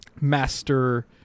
master